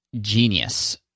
Genius